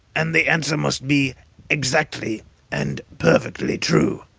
and the answer must be exactly and perfectly true.